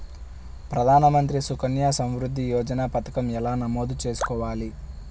ప్రధాన మంత్రి సుకన్య సంవృద్ధి యోజన పథకం ఎలా నమోదు చేసుకోవాలీ?